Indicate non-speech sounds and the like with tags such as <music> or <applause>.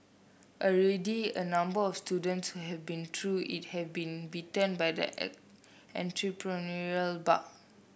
already a number of students who have been through it have been bitten by the <unintelligible> entrepreneurial bug